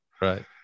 Right